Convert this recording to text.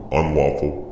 unlawful